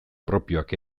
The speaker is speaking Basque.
propioak